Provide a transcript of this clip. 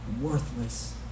worthless